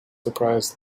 surprised